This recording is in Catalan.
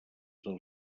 del